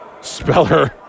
Speller